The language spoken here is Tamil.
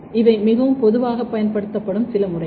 இவை மிகவும் பொதுவாக பயன்படுத்தப்படும் சில முறைகள்